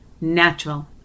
natural